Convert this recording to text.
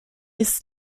ist